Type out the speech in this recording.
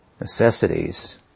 necessities